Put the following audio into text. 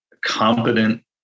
competent